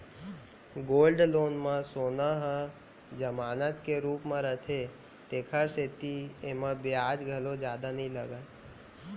gold loan म सोन ह जमानत के रूप म रथे तेकर सेती एमा बियाज घलौ जादा नइ लागय